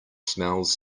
smells